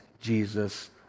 Jesus